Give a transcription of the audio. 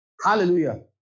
Hallelujah